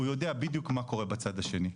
הוא יודע בדיוק מה קורה בצד השני.